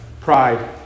pride